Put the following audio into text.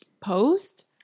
post